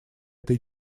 этой